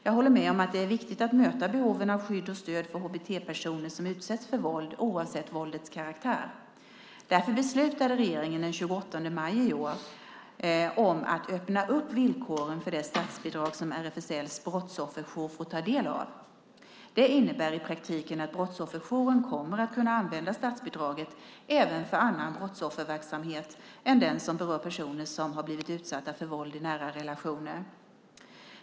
Jag håller med om att det är viktigt att möta behoven av skydd och stöd för HBT-personer som utsätts för våld, oavsett våldets karaktär. Därför beslutade regeringen den 28 maj i år om att öppna upp villkoren för det statsbidrag som RFSL:s brottsofferjour får del av. Det innebär i praktiken att brottsofferjouren kommer att kunna använda statsbidraget även för annan brottsofferverksamhet än den som berör personer som har blivit utsatta för våld i nära relationer.